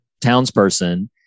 townsperson